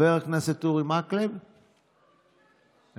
חבר הכנסת אורי מקלב, איננו.